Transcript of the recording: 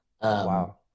Wow